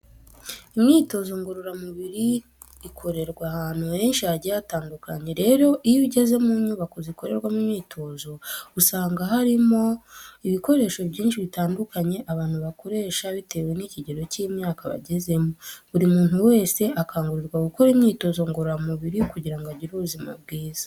Imyitozo ngororamubiri ikorerwa ahantu henshi hagiye hatandukanye. Rero iyo ugeze mu nyubako zikorerwamo iyi myitozo usanga haba harimo ibikoresho byinshi bitandukanye abantu bakoresha bitewe n'ikigero cy'imyaka bagezemo. Buri muntu wese akangurirwa gukora imyitozo ngororamubiri kugira ngo agire ubuzima bwiza.